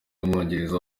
w’umwongereza